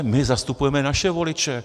My zastupujeme naše voliče.